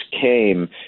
came